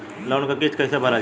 Loan क किस्त कैसे भरल जाए?